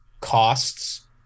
costs